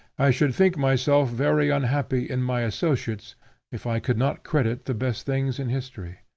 i should think myself very unhappy in my associates if i could not credit the best things in history.